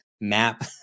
map